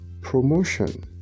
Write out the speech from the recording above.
Promotion